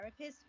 therapists